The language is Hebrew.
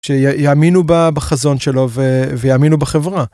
שיאמינו בחזון שלו ויאמינו בחברה.